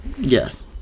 Yes